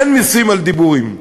אין מסים על דיבורים.